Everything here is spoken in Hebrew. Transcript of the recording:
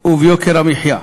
וביוקר המחיה,